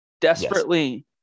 desperately